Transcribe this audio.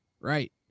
Right